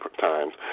times